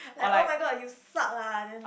like oh-my-god you suck lah then like